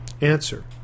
Answer